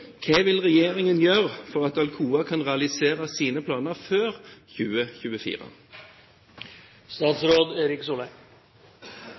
Hva vil regjeringen gjøre for at Alcoa kan realisere sine planer før